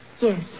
Yes